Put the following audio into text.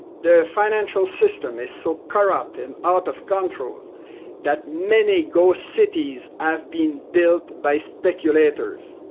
the financial system is so corrupt and out of control that many ghost cities have been built by speculators.